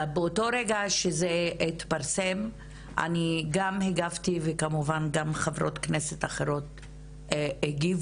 באותו רגע שזה התפרסם אני גם הגבתי וכמובן גם חברות כנסת אחרות הגיבו,